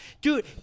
Dude